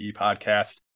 podcast